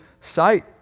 sight